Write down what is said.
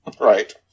Right